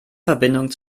verbindung